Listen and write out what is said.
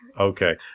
Okay